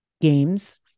games